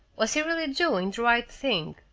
was he really doing the right thing?